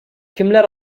кемнәр